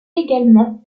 également